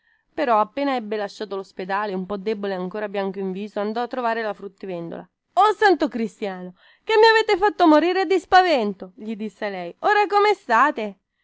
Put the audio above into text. però appena ebbe lasciato lospedale un po debole ancora e bianco in viso andò a trovar la fruttivendola o santo cristiano che mi avete fatto morire di spavento gli disse lei ora come state